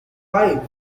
five